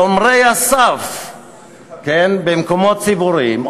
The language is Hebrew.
שומרי הסף במקומות ציבוריים,